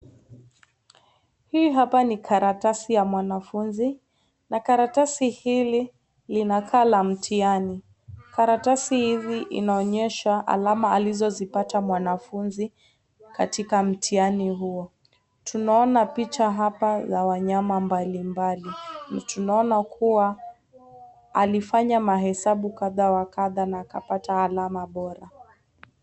Hii hapa ni karatasi ya mwanafunzi , na karatasi hili linakaa la mtihani . Karatasi hili linaonyesha alama alizopata mwanafunzi katika mtihani huo . Tunaona hapa picha za wanyama mbalimbali. Tunaona kuwa ,alifanya hesabu kadha wa kadha na akapata alama bora.